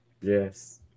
Yes